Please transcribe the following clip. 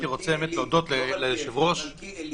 בבקשה, מלכיאלי.